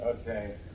Okay